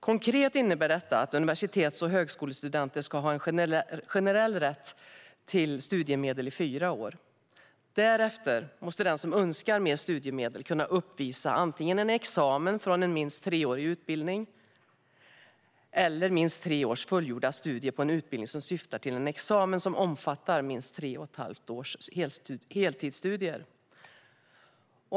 Konkret innebär det att universitets och högskolestudenter ska ha en generell rätt till studiemedel i fyra år. Därefter måste den som önskar mer studiemedel kunna uppvisa antingen en examen från en minst treårig utbildning, eller minst tre års fullgjorda studier på en utbildning som syftar till en examen som omfattar minst tre och ett halvt års heltidsstudier.